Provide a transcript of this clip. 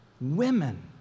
Women